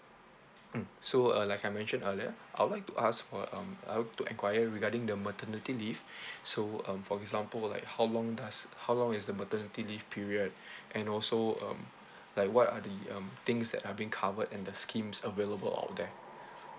mm so uh like I mention earlier I would like to ask for um I'd to enquire regarding the maternity leave so um for example like how long does how long is the maternity leave period and also um like what are the um things that are being covered and the schemes available out there